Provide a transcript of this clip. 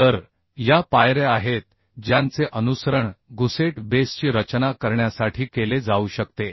तर या पायऱ्या आहेत ज्यांचे अनुसरण गुसेट बेसची रचना करण्यासाठी केले जाऊ शकते